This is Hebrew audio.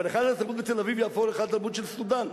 אבל היכל התרבות בתל-אביב יהפוך להיכל התרבות של סודן,